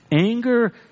anger